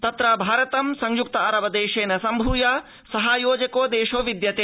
तत्र भारत संयुक्त अरबदेशेन सम्भूय सहायोजको देशो वर्तते